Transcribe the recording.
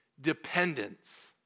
dependence